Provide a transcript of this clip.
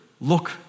look